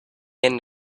end